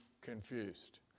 confused